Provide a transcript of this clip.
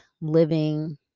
living